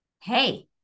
hey